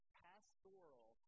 pastoral